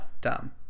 dumb